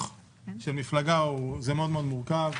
של מפלגה זה מאוד מאוד מורכב,